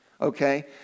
Okay